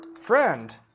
friend